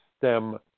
STEM